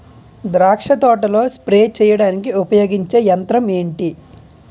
ద్రాక్ష తోటలో స్ప్రే చేయడానికి ఉపయోగించే యంత్రం ఎంటి?